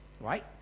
Right